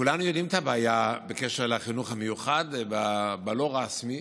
כולנו יודעים על הבעיה בקשר לחינוך המיוחד בחינוך הלא-רשמי.